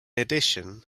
addition